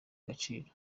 agaciro